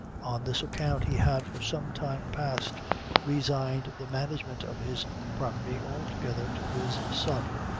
on this account he had for some time past resigned the management of his property altogether to his son,